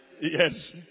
Yes